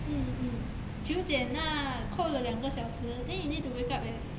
mm mm 九点那扣了两个小时 then you need to wake up at